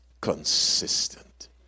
consistent